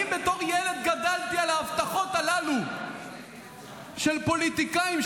אני בתור ילד גדלתי על ההבטחות הללו של פוליטיקאים,